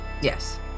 Yes